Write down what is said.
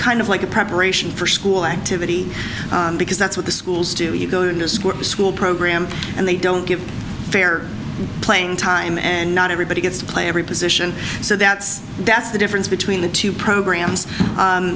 kind of like a preparation for school activity because that's what the schools do when you go into a school program and they don't get fair playing time and not everybody gets to play every position so that's that's the difference between the two programs